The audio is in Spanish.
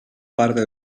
parte